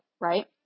right